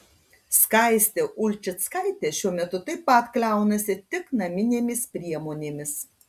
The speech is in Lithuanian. skaistė ulčickaitė šiuo metu taip pat kliaunasi tik naminėmis priemonėmis